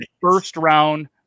first-round